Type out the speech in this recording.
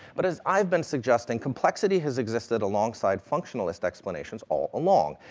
but as i've been suggesting, complexity has existed alongside functionalist explanations all along,